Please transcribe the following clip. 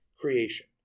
creation